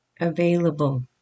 available